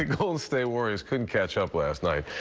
the golden state warriors couldn't catch up last night.